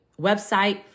website